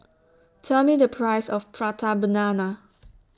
Tell Me The Price of Prata Banana